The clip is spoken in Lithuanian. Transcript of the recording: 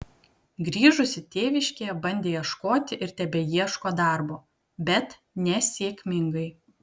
grįžusi tėviškėje bandė ieškoti ir tebeieško darbo bet nesėkmingai